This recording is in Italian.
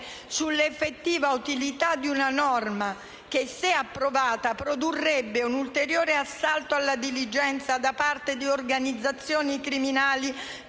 sull'effettiva utilità di una norma che, se approvata, produrrebbe un ulteriore assalto alla diligenza da parte di organizzazioni criminali